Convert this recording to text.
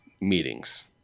meetings